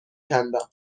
کندم